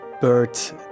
Bert